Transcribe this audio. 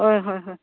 ꯍꯣꯏ ꯍꯣꯏ ꯍꯣꯏ